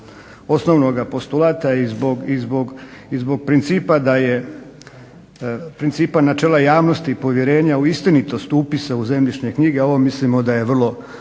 osnovnoga postulata i zbog principa načela javnosti i povjerenja u istinitost upisa u zemljišne knjige ovo mislimo da je vrlo